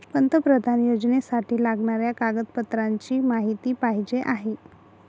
पंतप्रधान योजनेसाठी लागणाऱ्या कागदपत्रांची माहिती पाहिजे आहे